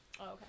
Okay